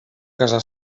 casa